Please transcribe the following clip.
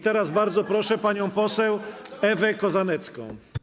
Teraz bardzo proszę panią poseł Ewę Kozanecką.